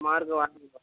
mark